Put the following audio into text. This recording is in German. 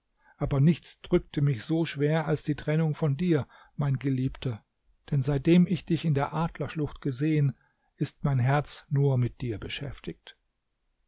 aber nichts drückte mich so schwer als die trennung von dir mein geliebter denn seitdem ich dich in der adlerschlucht gesehen ist mein herz nur mit dir beschäftigt